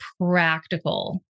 practical